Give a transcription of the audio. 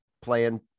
playing